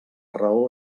raó